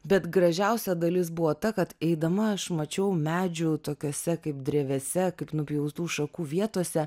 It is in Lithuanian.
bet gražiausia dalis buvo ta kad eidama aš mačiau medžių tokiose kaip drevėse kaip nupjautų šakų vietose